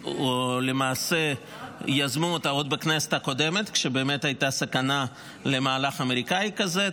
למעשה יזמו אותה עוד בכנסת הקודמת כשבאמת הייתה סכנה למהלך אמריקני כזה.